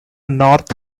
north